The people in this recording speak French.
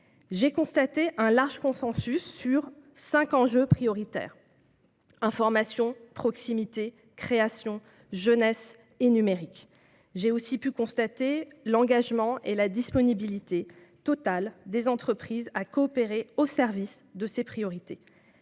J'ai relevé un large consensus sur cinq enjeux prioritaires : information, proximité, création, jeunesse et numérique. J'ai aussi pu constater l'engagement et la disponibilité totale des entreprises pour coopérer au service de ces priorités.